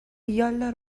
یالا